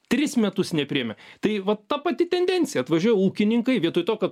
tris metus nepriėmė tai va ta pati tendencija atvažiuoja ūkininkai vietoj to kad